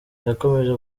yakomeje